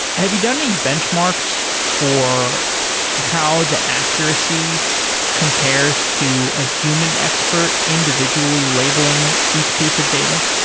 have you done any benchmarks for how the accuracy compares to a human expert individually labeling each piece of data?